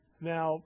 Now